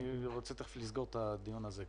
אני רוצה תכף לסגור את הדיון הזה.